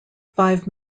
five